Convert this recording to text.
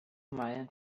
meilen